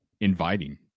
inviting